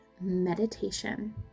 meditation